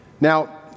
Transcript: Now